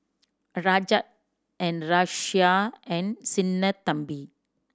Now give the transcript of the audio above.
Rajat and Razia and Sinnathamby